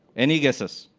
any guesses?